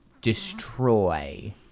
destroy